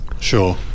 Sure